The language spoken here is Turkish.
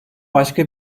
başka